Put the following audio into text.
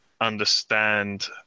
understand